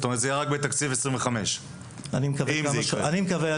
זאת אומרת זה בתקציב 2025. אני מקווה.